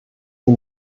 sie